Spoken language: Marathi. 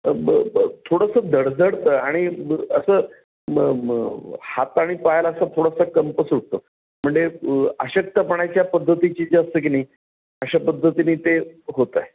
ब ब थोडंसं धडधडतं आणि असं हात आणि पायाला असं थोडंसं कंप सुटतो म्हणजे अशक्तपणाच्या पद्धतीची जी असतं की नाही अशा पद्धतीने ते होत आहे